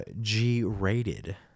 G-rated